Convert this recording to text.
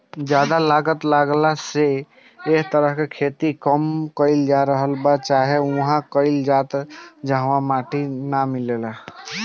ज्यादा लागत लागला से ए तरह से खेती कम कईल जा रहल बा चाहे उहा कईल जाता जहवा माटी ना मिलेला